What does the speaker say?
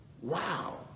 wow